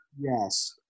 Yes